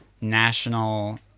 national